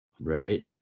right